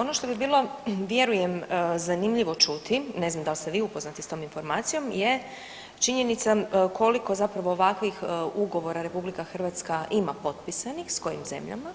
Ono što bi bilo vjerujem zanimljivo čuti, ne znam da li ste vi upoznati s tom informacijom, je činjenica koliko ovakvih ugovora RH ima potpisanih s kojim zemljama